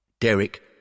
Derek